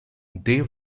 they